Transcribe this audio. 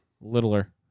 Littler